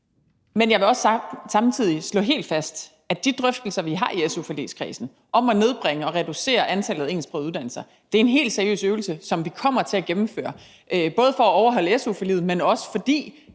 Men jeg vil også samtidig slå helt fast, at de drøftelser, vi har i su-forligskredsen, om at nedbringe og reducere antallet af engelsksprogede uddannelser er en helt seriøs øvelse, som vi kommer til at gennemføre, både for at overholde su-forliget, men også fordi